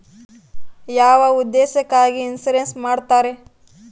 ಯಾವ ಉದ್ದೇಶಕ್ಕಾಗಿ ಇನ್ಸುರೆನ್ಸ್ ಮಾಡ್ತಾರೆ?